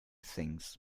things